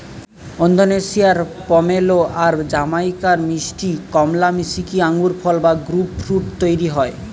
ওন্দোনেশিয়ার pomelo আর জামাইকার মিষ্টি কমলা মিশিকি আঙ্গুরফল বা গ্রেপফ্রূট তইরি হয়